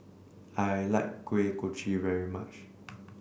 I like Kuih Kochi very much